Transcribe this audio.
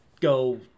go